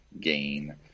gain